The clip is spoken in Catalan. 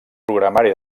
programari